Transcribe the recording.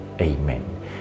amen